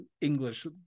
English